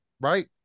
right